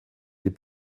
les